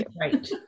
Right